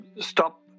stop